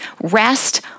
rest